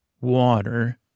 Water